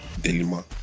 Delima